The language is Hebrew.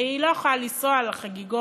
והיא לא יכולה לנסוע לחגיגות